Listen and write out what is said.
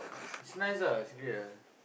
it's nice ah it's great ah